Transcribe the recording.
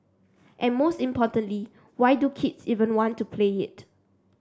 and most importantly why do kids even want to play it